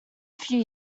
few